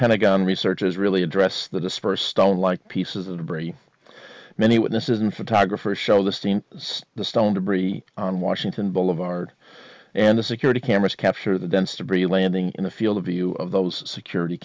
pentagon research is really address the dispersed stone like pieces of debris many witnesses and photographers show the scene see the stone debris on washington boulevard and the security cameras capture the dense debris landing in the field of view of those security